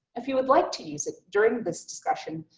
if you would like to use it during this discussion,